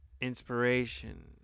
inspiration